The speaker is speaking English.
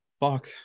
fuck